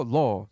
law